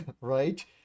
right